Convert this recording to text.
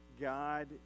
God